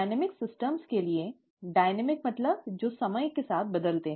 गतिशील प्रणालियों के लिए गतिशील मतलब जो समय के साथ बदलते हैं